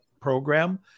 program